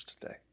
today